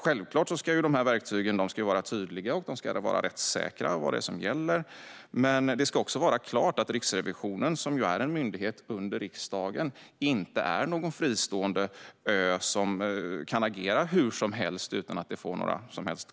Självklart ska dessa verktyg vara tydliga och rättssäkra och ange vad som gäller, men det ska också stå klart att Riksrevisionen, som är en myndighet under riksdagen, inte är någon fristående ö som kan agera hur som helst utan att det får några konsekvenser.